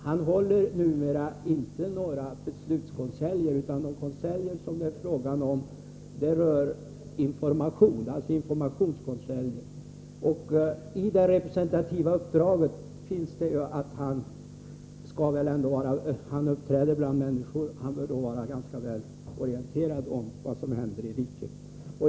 Men numera är det inte fråga om några beslutskonseljer, utan enbart informationskonseljer. I det representativa uppdraget ligger ju att kungen skall uppträda bland människor, och han bör då vara väl orienterad om vad som händer i riket.